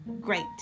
Great